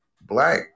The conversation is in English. black